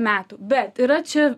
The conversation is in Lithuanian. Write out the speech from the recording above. metų bet yra čia